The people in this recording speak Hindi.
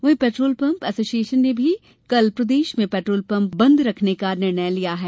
वहीं पेट्रोलपंप एसोसियेशन ने भी कल प्रदेश में पेट्रोलपंप बंद रखने का निर्णय लिया है